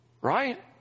Right